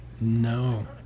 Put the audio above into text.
No